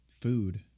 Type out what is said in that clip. food